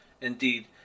indeed